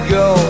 go